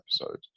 episode